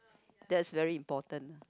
that's very important